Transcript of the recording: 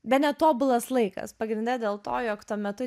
bene tobulas laikas pagrinde dėl to jog tuo metu